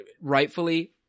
rightfully